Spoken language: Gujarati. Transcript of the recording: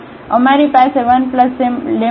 તેથી અમારી પાસે 1λ±12 છે